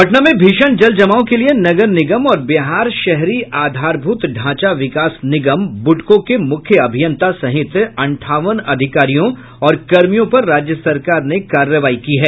पटना में भीषण जल जमाव के लिए नगर निगम और बिहार शहरी आधारभूत ढांचा विकास निगम बुडको के मुख्य अभियंता सहित अंठावन अधिकारियों और कर्मियों पर राज्य सरकार ने कार्रवाई की है